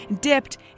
dipped